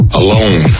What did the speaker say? alone